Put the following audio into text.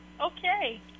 Okay